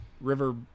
river